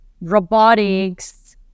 robotics